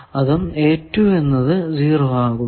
അതും എന്നത് 0 ആകുമ്പോൾ